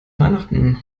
weihnachten